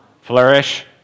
flourish